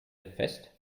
fest